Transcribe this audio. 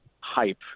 hype